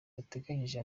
bateganyije